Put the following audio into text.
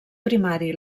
primari